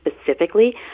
specifically